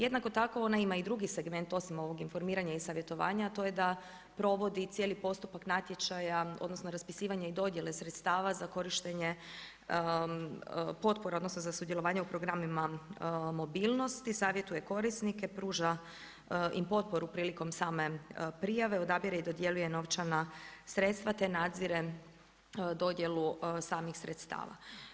Jednako tako ona ima i drugi segment osim ovog informiranja i savjetovanja, a to je da provodi i cijeli postupak natječaja odnosno raspisivanje i dodjele sredstava za korištenje potpora, odnosno za sudjelovanje u programima mobilnosti, savjetuje korisnike, pruža im potporu prilikom same prijave, odabire i dodjeljuje novčana sredstva te nadzire dodjelu samih sredstava.